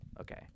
okay